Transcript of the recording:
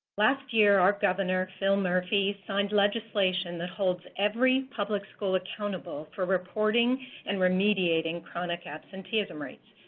last year, um governor phil murphy signed legislation that holds every public school accountable for reporting and remediating chronic absenteeism rates.